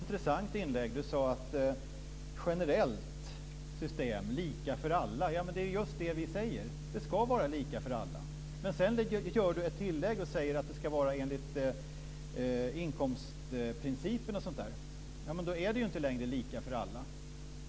Herr talman! Det var ett intressant inlägg. Lennart Klockare sade att det ska vara ett generellt system, lika för alla. Ja, men det är just det vi säger: Det ska vara lika för alla. Sedan gjorde Lennart Klockare ett tillägg och sade att det ska vara enligt inkomstprincipen. Men då är det inte längre lika för alla.